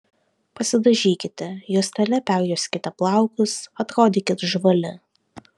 pasidažykite juostele perjuoskite plaukus atrodykit žvali